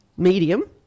medium